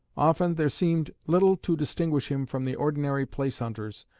often there seems little to distinguish him from the ordinary place-hunters,